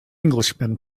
englishman